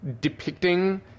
depicting